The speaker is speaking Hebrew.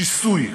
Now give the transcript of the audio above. שיסוי.